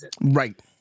Right